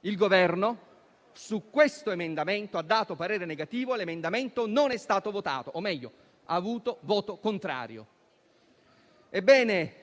Il Governo su questo emendamento ha espresso parere negativo e l'emendamento non è stato votato o, meglio, è stato oggetto di un voto contrario. Ebbene,